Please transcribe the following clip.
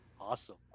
Awesome